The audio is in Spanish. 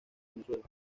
venezuela